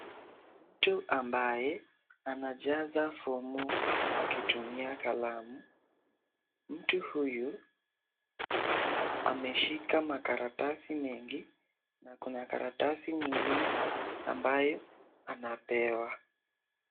Mtu ambaye anajaza fomu akitumia kalamu, mtu huyu ameshika makaratasi mengi na kuna karatasi nyingine ambayo anapewa.